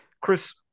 Chris